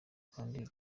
kandi